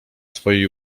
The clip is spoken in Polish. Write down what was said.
twojej